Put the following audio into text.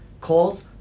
called